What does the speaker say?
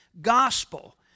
gospel